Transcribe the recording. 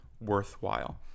worthwhile